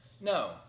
No